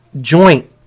joint